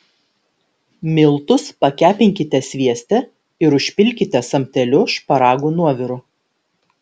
miltus pakepinkite svieste ir užpilkite samteliu šparagų nuoviru